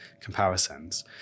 comparisons